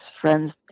friends